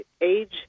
age